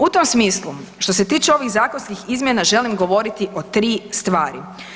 U tom smislu što se tiče ovih zakonskih izmjena želim govoriti o tri stvari.